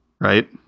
Right